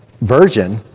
version